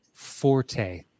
forte